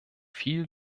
viel